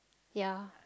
ya